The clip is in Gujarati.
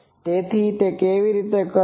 તેથી તે કેવી રીતે કરવું